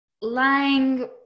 lying